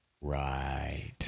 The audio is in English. Right